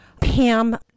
Pam